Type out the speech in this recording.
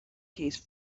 case